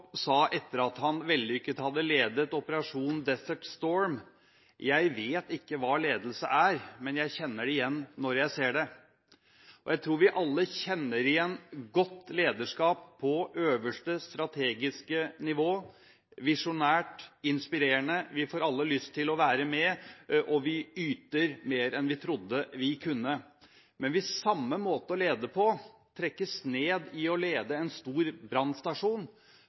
sa etter at han vellykket hadde ledet operasjonen «Desert Storm»: Jeg vet ikke hva ledelse er, men jeg kjenner det igjen når jeg ser det. Jeg tror vi alle kjenner igjen godt lederskap på øverste strategiske nivå – visjonært, inspirerende, vi får alle lyst til å være med, og vi yter mer enn vi trodde vi kunne. Men hvis samme måte å lede på trekkes ned i å lede en stor brannstasjon,